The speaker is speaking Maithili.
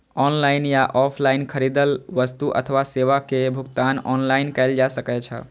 ऑनलाइन या ऑफलाइन खरीदल वस्तु अथवा सेवा के भुगतान ऑनलाइन कैल जा सकैछ